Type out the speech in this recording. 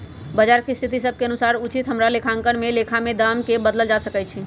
बजार के स्थिति सभ के अनुसार उचित हमरा लेखांकन में लेखा में दाम् के बदलल जा सकइ छै